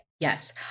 Yes